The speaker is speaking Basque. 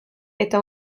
eta